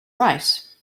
right